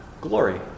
glory